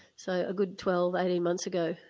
so a good twelve, eighteen months ago.